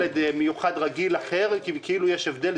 שילד מיוחד רגיל אחר מקבל כאילו יש הבדל,